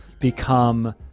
Become